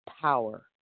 power